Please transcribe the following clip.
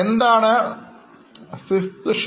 എന്താണ് VI th Shedule